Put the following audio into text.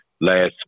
last